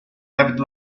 david